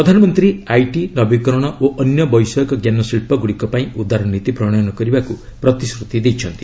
ପ୍ରଧାନମନ୍ତ୍ରୀ ଆଇଟି ନବିକରଣ ଓ ଅନ୍ୟ ବୈଷୟିକଜ୍ଞାନ ଶିଳ୍ପ ଗୁଡ଼ିକ ପାଇଁ ଉଦାରନୀତି ପ୍ରଣୟନ କରିବାକୁ ପ୍ରତିଶ୍ରତି ଦେଇଛନ୍ତି